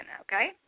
okay